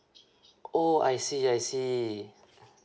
oh I see I see